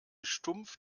stumpf